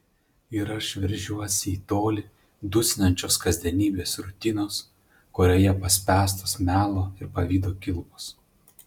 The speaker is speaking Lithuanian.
ir aš veržiuosi į tolį dusinančios kasdienybės rutinos kurioje paspęstos melo ir pavydo kilpos